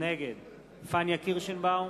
נגד פניה קירשנבאום,